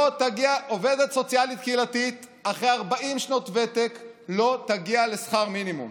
עובדת סוציאלית קהילתית לא תגיע גם אחרי 40 שנות ותק לשכר מינימום.